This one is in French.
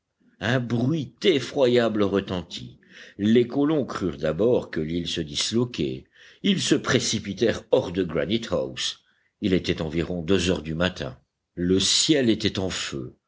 un bruit effroyable retentit les colons crurent d'abord que l'île se disloquait ils se précipitèrent hors de granite house il était environ deux heures du matin le ciel était en feu